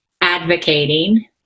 advocating